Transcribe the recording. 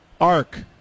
arc